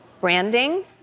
branding